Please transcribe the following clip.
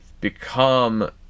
become